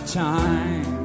time